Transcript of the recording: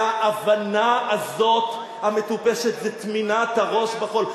וההבנה הזאת, המטופשת, זה טמינת הראש בחול.